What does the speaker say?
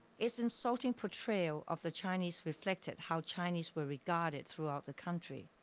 its insulting portrayal of the chinese reflected how chinese were regarded throughout the country.